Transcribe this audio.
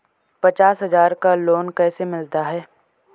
पचास हज़ार का लोन कैसे मिलता है?